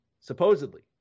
supposedly